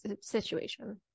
situation